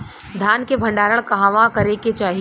धान के भण्डारण कहवा करे के चाही?